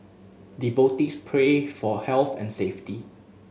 devotees pray for health and safety